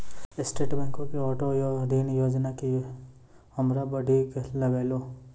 state बैंको के auto ऋण योजना के योजना हमरा बढ़िया लागलै